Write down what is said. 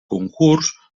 concurs